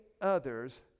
others